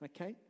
Okay